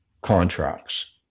contracts